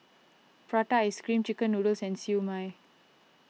Prata Ice Cream Chicken Noodles and Siew Mai